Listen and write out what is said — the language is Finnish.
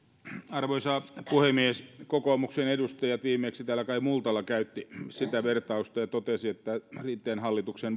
arvoisa puhemies kokoomuksen edustajista viimeksi täällä kai multala käytti vertausta ja totesi että rinteen hallituksen